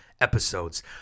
episodes